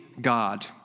God